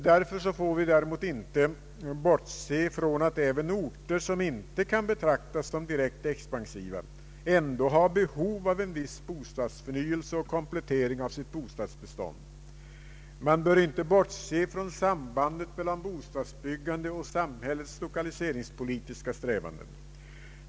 Därför får vi inte bortse från att även orter som inte kan betraktas som direkt expansiva ändå har behov av en viss förnyelse och komplettering av sitt bostadsbestånd. Man bör inte bortse från sambandet mellan bostadsbyggandet och samhällets lokaliseringspolitiska strävanden.